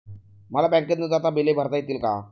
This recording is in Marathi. मला बँकेत न जाता बिले भरता येतील का?